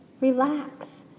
Relax